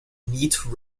neat